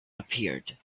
appeared